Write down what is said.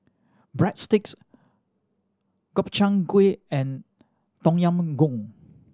Breadsticks Gobchang Gui and Tom Yam Goong